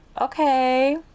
okay